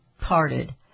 parted